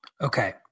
Okay